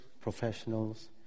professionals